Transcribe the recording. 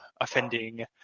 offending